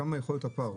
כמה יכול להיות הפער?